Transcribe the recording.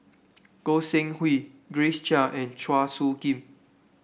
Goi Seng Hui Grace Chia and Chua Soo Khim